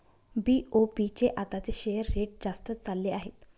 BOB चे आताचे share rate जास्तच चालले आहे